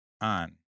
on